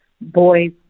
boys